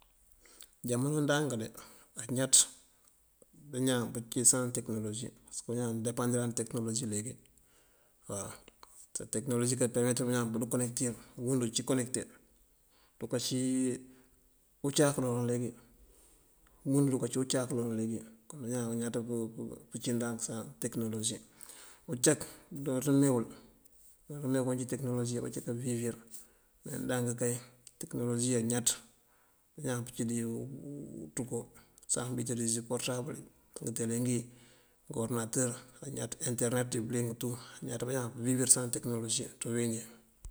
Jamano ndank dí añaţ bañaan pëcí saŋ tekënolosi pasëk bañaan depandiran dí tekënolosi leegí waw. Tekënolosi enternet bañaan pëdu konekëtir umundu cí konekëte. Duka cí ucáak uloolan leegí, umundu duka cí ucáak uloolan leegí. Bañaan añaţ pëcí ndank saŋ tekënolosi. Ucak dooţ mee wul, dooţ mee uncí wí tekënolosi abací kawiwir. Me ndank kay tekënolosi añaţ bañaan pëcí ţí ţëko saŋ pë itilisir uportabël ngëtele ngí, ngë ordinatër añaţ enternet ngí bëliyëng tú. Añaţ bañaan pëwiwir saŋ tekënolosi ţí uwínjí.